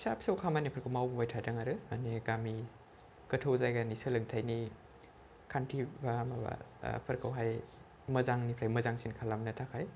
फिसा फिसौ खामानिफोरखौ मावबोबाय थादों आरो मानि गामि गोथौ जायगानि सोलोंथाइनि खान्थि बा माबाफोरखौहाय मोजांनिफ्राय मोजांसिन खालामनो थाखाय